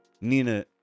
Nina